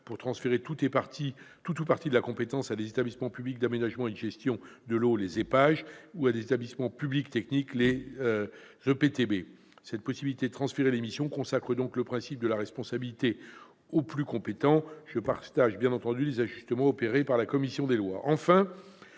pour transférer tout ou partie de cette compétence à des établissements publics d'aménagement et de gestion des eaux, les EPAGE, ou à des établissements publics territoriaux de bassin, les EPTB. La faculté de transférer ces missions consacre de fait le principe de la responsabilité confiée au plus compétent. J'approuve bien entendu les ajustements opérés par la commission des lois.